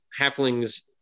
halflings